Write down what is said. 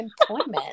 employment